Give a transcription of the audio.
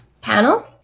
panel